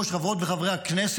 חברות וחברי הכנסת,